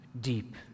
Deep